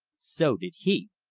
so did he!